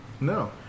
No